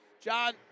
John